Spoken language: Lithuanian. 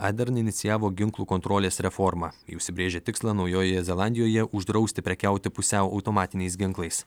adern inicijavo ginklų kontrolės reformą ji užsibrėžė tikslą naujojoje zelandijoje uždrausti prekiauti pusiau automatiniais ginklais